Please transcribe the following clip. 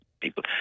people